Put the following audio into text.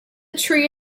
tree